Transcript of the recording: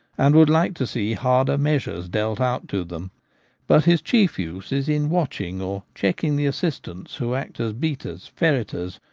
and would like to see harder measures dealt out to them but his chief use is in watching or checking the assistants, who act as beaters, ferreters,